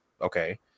okay